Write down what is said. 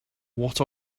what